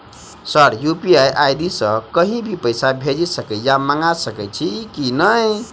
Sir UPI ID सँ कहि भी पैसा भेजि सकै या मंगा सकै छी की न ई?